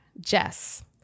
Jess